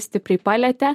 stipriai palietė